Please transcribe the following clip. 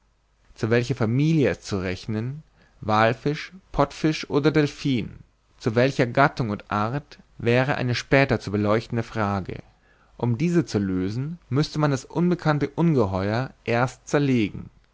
zu welcher familie es zu rechnen wallfisch pottfisch oder delphin zu welcher gattung und art wäre eine später zu beleuchtende frage um diese zu lösen müßte man das unbekannte ungeheuer erst zerlegen